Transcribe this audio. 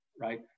right